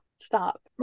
stop